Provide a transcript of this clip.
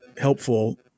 helpful